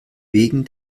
wegen